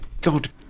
God